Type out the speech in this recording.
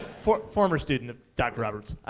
former former student of dr roberts.